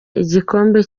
igikombe